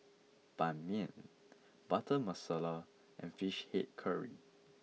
Ban Mian Butter Masala and Fish Head Curry